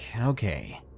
okay